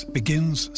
begins